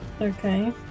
Okay